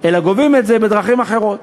אלא גובים את זה בדרכים אחרות.